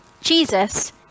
Jesus